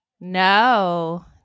No